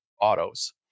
autos